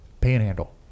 Panhandle